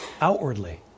outwardly